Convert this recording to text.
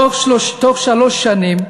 בתוך שלוש שנים,